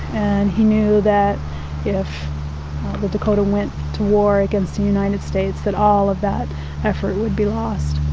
and he knew that if the dakota went to war against the united states that all of that effort would be lost.